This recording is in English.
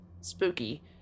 spooky